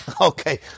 okay